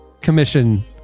commission